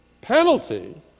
penalty